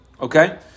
Okay